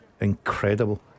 incredible